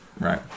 right